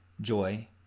joy